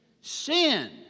Sin